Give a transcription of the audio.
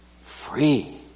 free